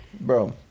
bro